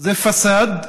זה "פסאד",